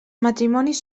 matrimonis